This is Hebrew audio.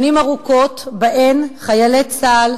שנים ארוכות שבהן חיילי צה"ל,